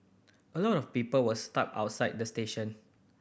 a lot of people were stuck outside the station